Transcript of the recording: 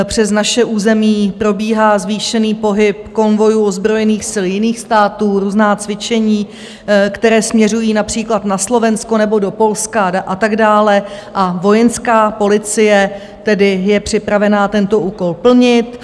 Přes naše území probíhá zvýšený pohyb konvojů ozbrojených sil jiných států, různá cvičení, která směřují například na Slovensko nebo do Polska a tak dále, a Vojenská policie tedy je připravena tento úkol plnit.